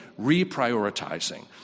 reprioritizing